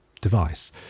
device